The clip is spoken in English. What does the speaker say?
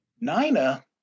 Nina